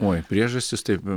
oi priežastys taip